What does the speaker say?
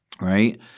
Right